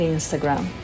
Instagram